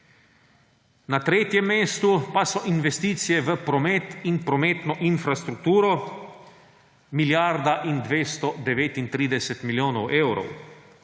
Na tretjem mestu pa so Investicije v promet in prometno infrastrukturo – milijarda in 239 milijonov evrov.